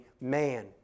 man